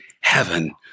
heaven